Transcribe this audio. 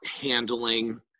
handling